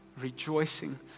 rejoicing